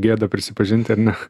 gėda prisipažinti ar ne